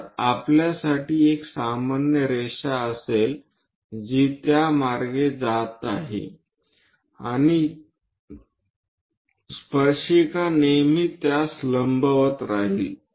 तर आपल्यासाठी ही एक सामान्य रेषा असेल जी त्या मार्गे जात आहे आणि स्पर्शिका नेहमी त्यास लंबवत राहील